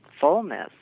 fullness